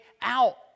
out